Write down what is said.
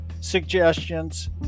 suggestions